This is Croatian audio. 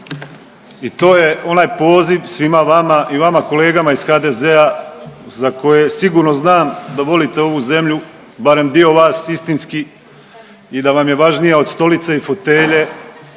i to je onaj poziv svima vama i vama kolegama iz HDZ-a za koje sigurno znam da volite ovu zemlju, barem dio vas istinski i da vam je važnija od stolice i fotelje,